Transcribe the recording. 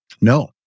No